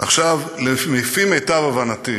עכשיו, לפי מיטב הבנתי,